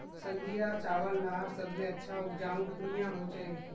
संजीरा चावल लार सबसे अच्छा उपजाऊ कुनियाँ होचए?